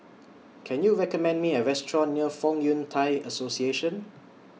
Can YOU recommend Me A Restaurant near Fong Yun Thai Association